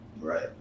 Right